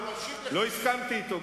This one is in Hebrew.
לא הסכמתי אתו,